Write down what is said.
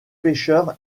pêcheurs